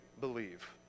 believe